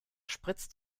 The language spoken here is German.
spritzt